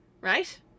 Right